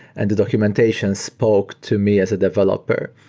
and the documentation spoke to me as a developer